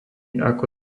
ako